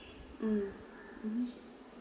mm mmhmm